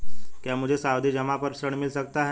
क्या मुझे सावधि जमा पर ऋण मिल सकता है?